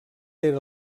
era